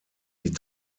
die